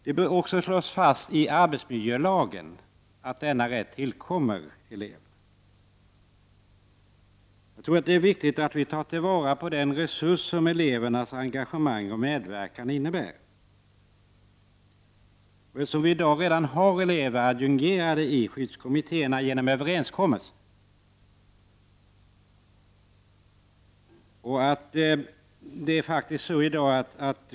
Det bör också slås fast i arbetsmiljölagen att denna rätt tillkommer eleverna. Det är viktigt att vi tar till vara den resurs som elevernas engagemang och medverkan utgör. Eleverna är redan i dag genom överenskommelser adjungerade i skyddskommittéerna.